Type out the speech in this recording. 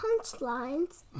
punchlines